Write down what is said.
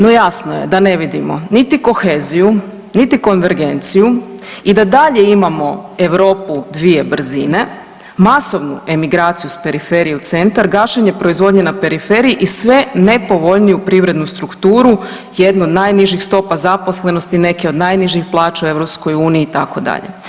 No jasno je da ne vidimo niti koheziju, niti konvergenciju i da dalje imamo Europu dvije brzine, masovnu emigracije s periferije u centar, gašenje proizvodnje na periferiji i sve nepovoljniju privrednu strukturu, jednu od najnižih stopa zaposlenosti, neke od najnižih plaća u EU itd.